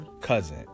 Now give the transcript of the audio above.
Cousin